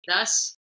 Thus